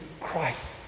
christ